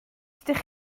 dydych